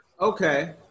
Okay